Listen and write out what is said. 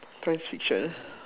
science fiction